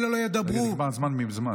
אלה לא ידברו, נגמר הזמן מזמן.